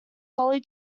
holly